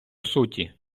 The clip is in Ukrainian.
суті